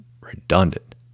redundant